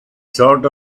sort